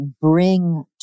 bring